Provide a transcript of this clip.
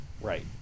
Right